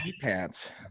pants